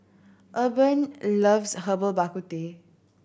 Urban loves Herbal Bak Ku Teh